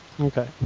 Okay